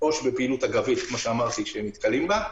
בפעילות אגבית,